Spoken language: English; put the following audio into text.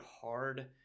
hard